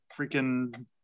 freaking